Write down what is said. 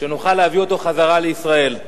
שנוכל להביא אותו חזרה לישראל.